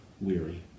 weary